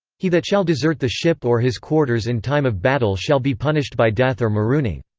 he that shall desert the ship or his quarters in time of battle shall be punished by death or marooning.